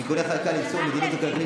תיקוני חקיקה ליישום המדיניות הכלכלית